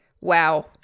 Wow